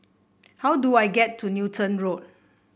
how do I get to Newton Road